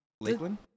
Lakeland